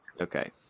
Okay